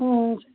ம் ம்